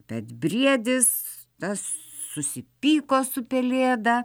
bet briedis susipyko su pelėda